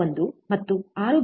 1 ಮತ್ತು 6